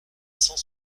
cent